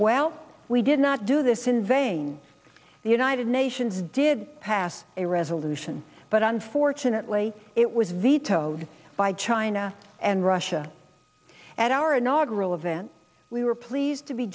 well we did not do this in vain the united nations did pass a resolution but unfortunately it was vetoed by china and russia and our inaugural event we were pleased to be